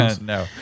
No